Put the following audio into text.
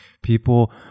People